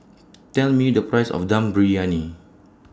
Tell Me The Price of Dum Briyani